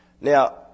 Now